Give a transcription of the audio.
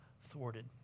thwarted